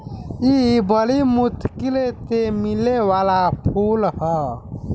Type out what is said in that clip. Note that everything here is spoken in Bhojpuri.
इ बरी मुश्किल से मिले वाला फूल ह